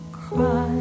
cry